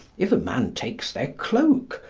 if a man takes their cloak,